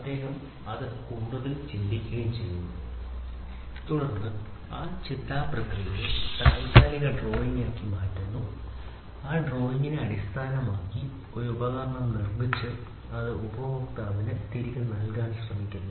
അദ്ദേഹം അതിലേക്ക് കൂടുതൽ ചിന്തിക്കുന്നു അദ്ദേഹം ആ ചിന്താ പ്രക്രിയയെ താത്കാലിക ഡ്രോയിംഗാക്കി മാറ്റുന്നു ആ ഡ്രോയിംഗിനെ അടിസ്ഥാനമാക്കി ഒരു ഉൽപ്പന്നം നിർമ്മിച്ച് അത് ഉപഭോക്താവിന് തിരികെ നൽകാൻ അദ്ദേഹം ശ്രമിക്കുന്നു